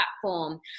platform